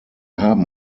haben